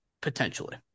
potentially